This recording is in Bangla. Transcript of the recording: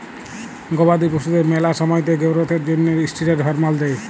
গবাদি পশুদের ম্যালা সময়তে গোরোথ এর জ্যনহে ষ্টিরেড হরমল দেই